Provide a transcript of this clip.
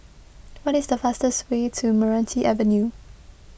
what is the fastest way to Meranti Avenue